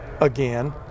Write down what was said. again